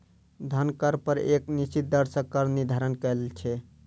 धन कर पर एक निश्चित दर सॅ कर निर्धारण कयल छै